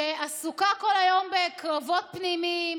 שעסוקה כל היום בקרבות פנימיים,